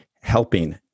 helping